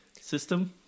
system